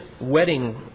wedding